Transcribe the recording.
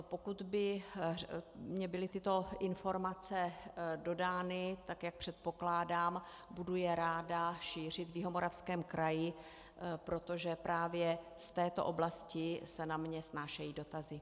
Pokud by mi byly tyto informace dodány, jak předpokládám, budu je ráda šířit v Jihomoravském kraji, protože právě z této oblasti se na mě snášejí dotazy.